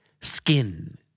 skin